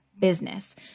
business